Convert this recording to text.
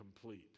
complete